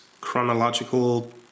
chronological